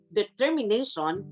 determination